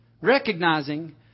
recognizing